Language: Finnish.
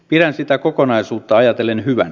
pidän sitä kokonaisuutta ajatellen hyvänä